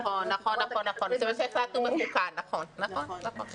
נכון, זה מה שהחלטנו בוועדת החוקה.